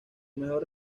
mejor